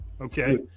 Okay